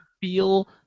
feel